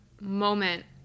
moment